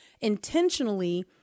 intentionally